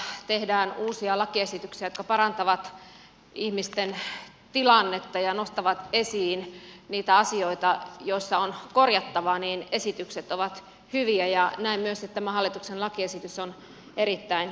aina kun eduskunnassa tehdään uusia lakiesityksiä jotka parantavat ihmisten tilannetta ja nostavat esiin niitä asioita joissa on korjattavaa niin esitykset ovat hyviä ja näen myös että tämä hallituksen lakiesitys on erittäin hyvä